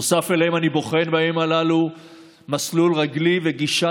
נוסף אליהם אני בוחן בימים הללו מסלול רגלי וגישה